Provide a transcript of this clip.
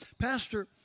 Pastor